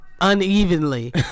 unevenly